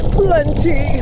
plenty